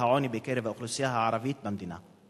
העוני בקרב האוכלוסייה הערבית במדינה?